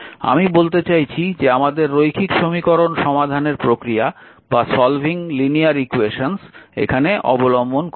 আমি বলতে চাইছি যে আমাদের রৈখিক সমীকরণ সমাধানের প্রক্রিয়া অবলম্বন করতে হবে